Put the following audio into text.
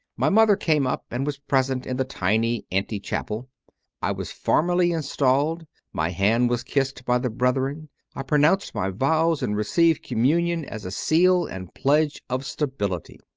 my mother came up and was present in the tiny ante-chapel. i was formally installed my hand was kissed by the brethren i pronounced my vows and received communion as a seal and pledge of stability.